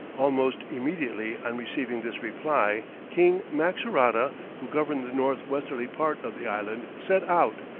almost immediately on receiving this reply, king maxorata, who governed the north-westerly part of the island, set out,